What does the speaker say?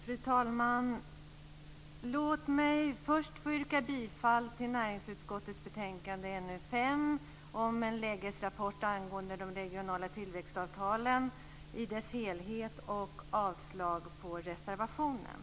Fru talman! Låt mig först få yrka bifall till hemställan i näringsutskottets betänkande NU5 om en lägesrapport angående de regionala tillväxtavtalen i dess helhet och avslag på reservationen.